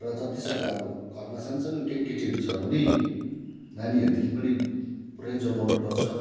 र जति सक्दो अब घरमा सान्सानो केटकेटीहरू छ भने नानीहरूदेखि पनि पुरै जोगाउनु पर्छ